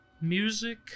music